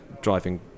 driving